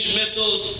missiles